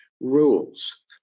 rules